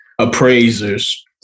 appraisers